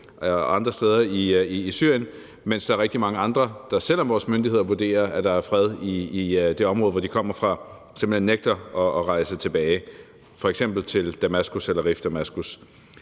andre steder i Syrien, mens der er rigtig mange andre, der, selv om vores myndigheder vurderer, at der er fred i det område, hvor de kommer fra, simpelt hen nægter at rejse tilbage f.eks. til Damaskus eller Rif Damaskus.